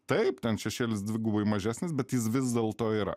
taip ten šešėlis dvigubai mažesnis bet jis vis dėlto yra